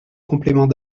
complément